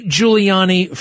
Giuliani